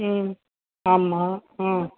ம் ஆமாம் ம்